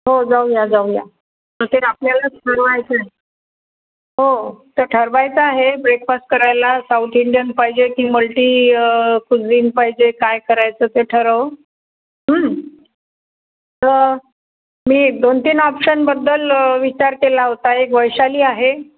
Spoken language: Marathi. हो जाऊया जाऊया आपल्यालाच ठरवायचं आहे हो तर ठरवायचं आहे ब्रेकफास्ट करायला साऊथ इंडियन पाहिजे की मल्टी कुजिन पाहिजे काय करायचं ते ठरव तर मी दोन तीन ऑप्शनबद्दल विचार केला होता एक वैशाली आहे